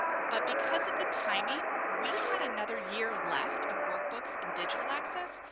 but because of the timing, we had another year left of workbooks and digital access,